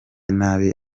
nabi